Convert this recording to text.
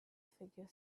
figure